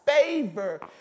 favor